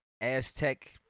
Aztec